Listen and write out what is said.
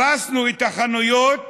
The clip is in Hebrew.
הרסנו את החנויות